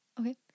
Okay